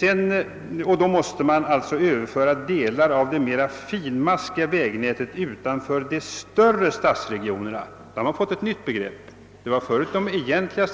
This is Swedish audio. Behov skulle då uppstå av att överföra delar av det mera finmaskiga vägnätet utanför de större stadsregionerna» från staten till kommunerna. — Nu har man alltså fört in ett nytt begrepp, tidigare talade man om »de egentliga